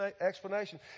explanation